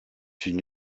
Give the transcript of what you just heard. une